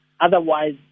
Otherwise